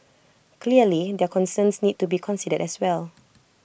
clearly their concerns need to be considered as well